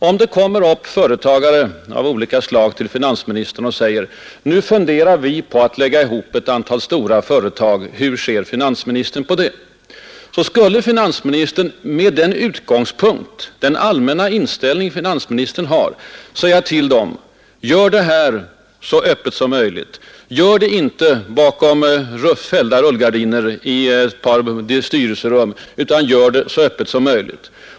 Om några företagare kommer upp till finansministern och meddelar att de funderar på att slå ihop ett antal företag och frågar hur finansministern ser på det, borde finansministern med den allmänna inställning han har säga till dem: Gör inte det här bakom fällda rullgardiner i ett par styrelserum, utan gör det så öppet som möjligt!